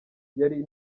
yari